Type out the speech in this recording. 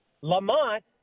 Lamont